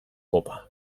kopa